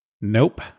Nope